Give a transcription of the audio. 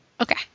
okay